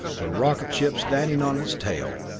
the rocket ship standing on its tail,